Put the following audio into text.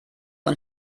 und